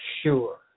sure